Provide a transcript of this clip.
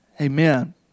Amen